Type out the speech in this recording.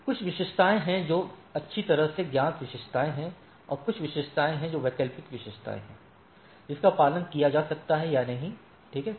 कुछ विशेषताएँ हैं जो अच्छी तरह से ज्ञात विशेषताएँ हैं और कुछ विशेषताएँ हैं जो वैकल्पिक विशेषता हैं जिसका पालन किया जा सकता है या नहीं ठीक है